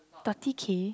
thirty K